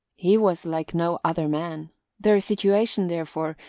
he was like no other man their situation, therefore,